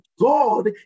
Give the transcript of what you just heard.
God